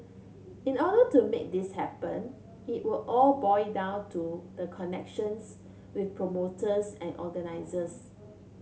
in order to make this happen it will all boil down to the connections with promoters and organisers